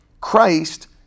Christ